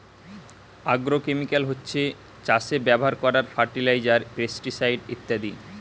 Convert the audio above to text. agrochemical হচ্ছে চাষে ব্যাভার কোরার ফার্টিলাইজার, পেস্টিসাইড ইত্যাদি